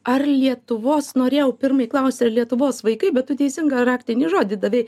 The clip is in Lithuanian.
ar lietuvos norėjau pirmai klausti ar lietuvos vaikai bet tu teisingą raktinį žodį davei